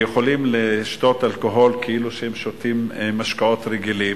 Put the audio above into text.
והם יכולים לשתות אלכוהול כאילו הם שותים משקאות רגילים?